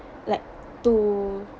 like to